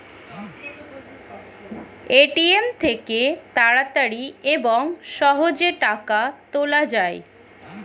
ATM থেকে তাড়াতাড়ি এবং সহজে টাকা তোলা যায়